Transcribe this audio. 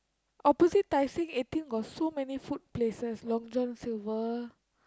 opposite Tai Seng eating got so many food places Long-John-Silver